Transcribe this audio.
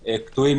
קטועים,